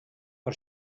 per